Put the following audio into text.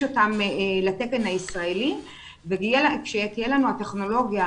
אותם לתקן הישראלי וכשתהיה לנו הטכנולוגיה,